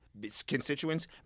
constituents